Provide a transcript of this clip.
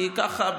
כי ככה,